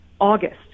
August